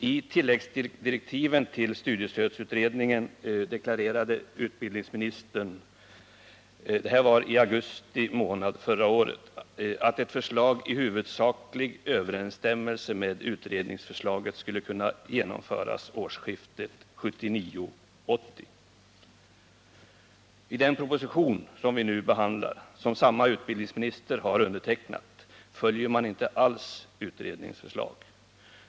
I tilläggsdirektiven till studiestödsutredningen deklarerade utbildningsministern — detta skedde i augusti månad förra året — att ett förslag i huvudsaklig överensstämmelse med utredningsförslaget skulle kunna genomföras årsskiftet 1979-1980. I den proposition som vi nu behandlar och som samme utbildningsminister har undertecknat följer man inte alls utredningens förslag.